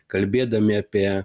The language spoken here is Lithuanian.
kalbėdami apie